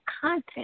content